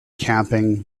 camping